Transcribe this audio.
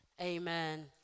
Amen